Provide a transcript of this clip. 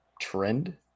Trend